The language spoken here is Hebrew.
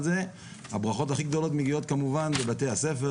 הברכות הכי גדולות מגיעות כמובן לבתי הספר,